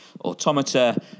Automata